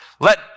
Let